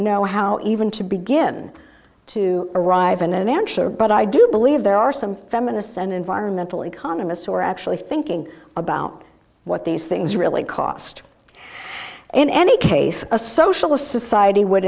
know how even to begin to arrive in an answer but i do believe there are some feminists and environmental economists who are actually thinking about what these things really cost in any case a socialist society would